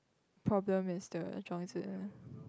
problem is the Zhuang-Zhi